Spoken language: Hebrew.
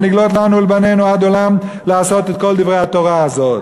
והנגלת לנו ולבנינו עד עולם לעשת את כל דברי התורה הזאת".